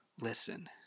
Listen